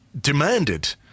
demanded